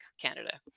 Canada